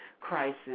crisis